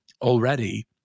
already